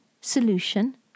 solution